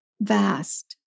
vast